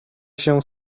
się